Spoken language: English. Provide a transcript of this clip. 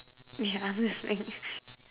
yeah I'm listening